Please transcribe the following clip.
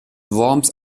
worms